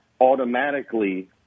automatically